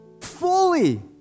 fully